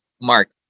Mark